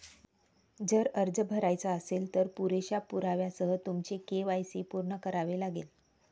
जर अर्ज भरायचा असेल, तर पुरेशा पुराव्यासह तुमचे के.वाय.सी पूर्ण करावे लागेल